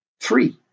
Three